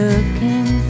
Looking